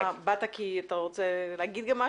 באת כי אתה רוצה להגיד גם משהו?